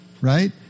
right